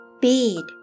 Bead